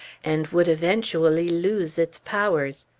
and would eventually lose its powers.